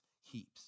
heaps